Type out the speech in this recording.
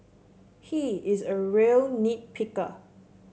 he is a real nit picker